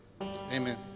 Amen